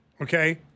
Okay